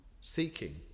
seeking